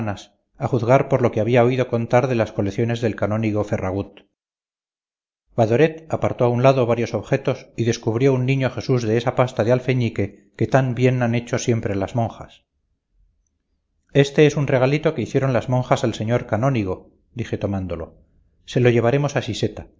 a juzgar por lo que había oído contar de las colecciones del canónigo ferragut badoret apartó a un lado varios objetos y descubrió un niño jesús de esa pasta de alfeñique que tan bien han hecho siempre las monjas este es un regalito que hicieron las monjas al señor canónigo dije tomándolo se lo llevaremos a